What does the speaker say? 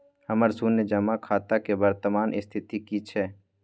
हमर शुन्य जमा खाता के वर्तमान स्थिति की छै?